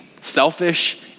Selfish